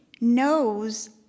knows